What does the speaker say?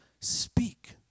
Speak